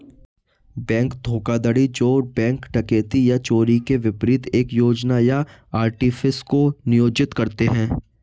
bank धोखाधड़ी जो bank डकैती या चोरी के विपरीत एक योजना या आर्टिफिस को नियोजित करते हैं